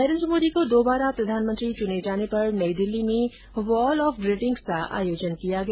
नरेन्द्र मोदी को दोबारा प्रधानमंत्री चुने जाने पर नई दिल्ली में वॉल ऑफ ग्रीटिंग्स का आयोजन किया गया